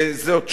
וזאת שאלה,